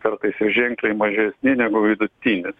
kartais ir ženkliai mažesni negu vidutinis